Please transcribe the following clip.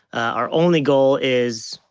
our only goal is,